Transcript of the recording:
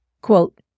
Quote